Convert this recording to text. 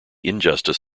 injustice